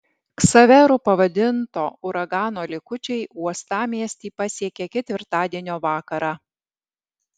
ksaveru pavadinto uragano likučiai uostamiestį pasiekė ketvirtadienio vakarą